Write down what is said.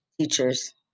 teachers